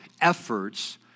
efforts